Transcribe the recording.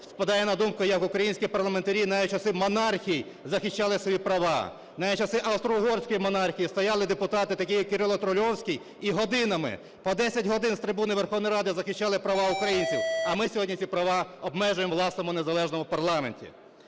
спадає на думку, як українські парламентарі навіть у часи монархій захищали свої права, навіть в часи айстро-угорської монархії стояли депутати, такі як Кирило Трильовський, і годинами, по десять годин з трибуни Верховної Ради захищали права українців. А ми сьогодні ці права обмежуємо у власному незалежному парламенті.